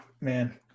man